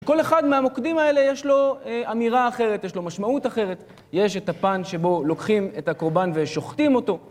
כל אחד מהמוקדים האלה יש לו אמירה אחרת, יש לו משמעות אחרת. יש את הפן שבו לוקחים את הקורבן ושוחטים אותו.